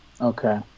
Okay